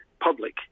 public